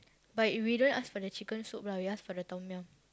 but if we don't ask for the chicken soup lah we ask for the tom-yum